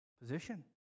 position